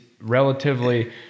relatively